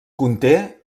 conté